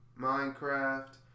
Minecraft